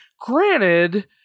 granted